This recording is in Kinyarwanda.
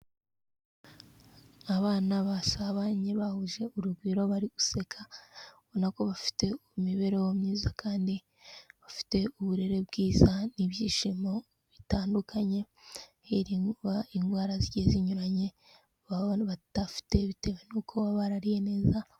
Abana basabanye bahuje urugwiro bari guseka, ubona ko bafite imibereho myiza kandi bafite uburere bwiza n'ibyishimo bitandukanye, hirindwa indwara zigiye zinyuranye baba badafite bitewe n'uko baba barariye neza.